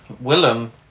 Willem